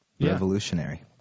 Revolutionary